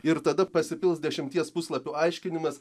ir tada pasipils dešimties puslapių aiškinimas